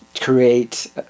create